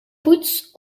poets